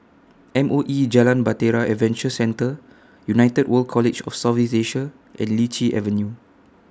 M O E Jalan Bahtera Adventure Centre United World College of South East Asia and Lichi Avenue